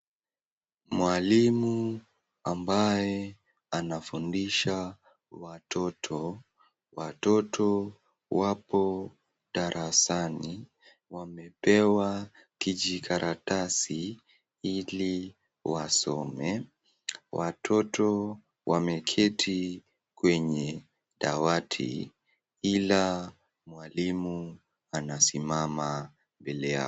Mwalimu ambaye anafundisha watoto, watoto wapo darasani wamepewa kijikaratasi hili wasome. Watoto wameketi kwenye dawati ila mwalimu anasimama mbele yao.